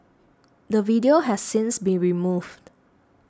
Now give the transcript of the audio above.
the video has since been removed